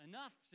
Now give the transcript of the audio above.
Enough